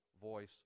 voice